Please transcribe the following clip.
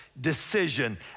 decision